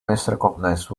misrecognized